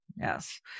yes